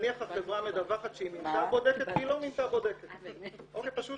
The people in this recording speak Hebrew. נניח שהחברה מדווחה שהיא מינתה בודקת ולא מינתה בודקת או שפשוט